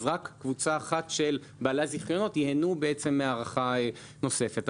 אז רק קבוצה אחת של בעלי הזיכיונות ייהנו מהארכה נוספת.